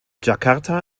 jakarta